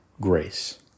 grace